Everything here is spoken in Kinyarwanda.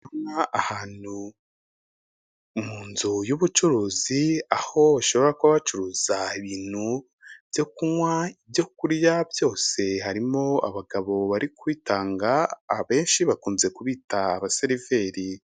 Ahantu mu nzu y’ubucuruzi hashobora gucururizwamo ibyo kunywa n’ibyo kurya bitandukanye. Harimo abagabo bari kubitanga, abenshi bakunze kwitwa abaseriveri.